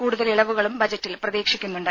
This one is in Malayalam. കൂടുതൽ ഇളവുകളും ബജറ്റിൽ പ്രതീക്ഷിക്കുന്നുണ്ട്